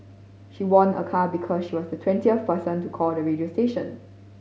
she won a car because she was the twentieth person to call the radio station